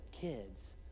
kids